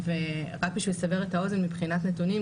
ורק בשביל לסבר את אוזן מבחינת נתונים,